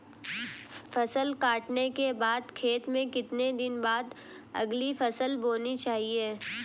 फसल काटने के बाद खेत में कितने दिन बाद अगली फसल बोनी चाहिये?